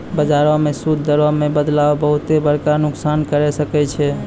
बजारो मे सूद दरो मे बदलाव बहुते बड़का नुकसान करै सकै छै